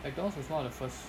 McDonald's was one of the first